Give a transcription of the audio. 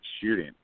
shooting